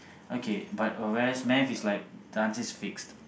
okay but whereas maths is like the answer is fixed